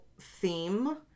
theme